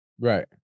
right